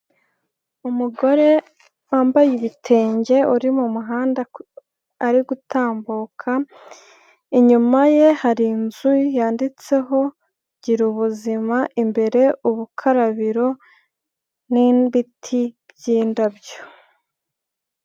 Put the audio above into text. Umugore wambaye ibitenge, uri mu muhanda ari gutambuka, inyuma ye hari inzu yanditseho ''gira ubuzima'', imbere ubukarabiro n'ibiti by'indabyo.